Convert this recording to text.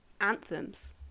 anthems